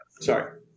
sorry